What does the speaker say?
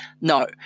No